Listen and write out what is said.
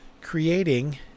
creating